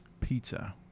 pizza